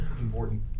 important